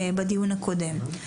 בדיון הקודם.